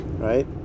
right